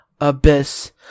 Abyss